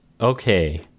okay